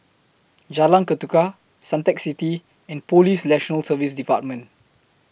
Jalan Ketuka Suntec City and Police National Service department